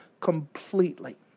completely